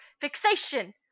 fixation